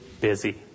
busy